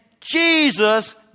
Jesus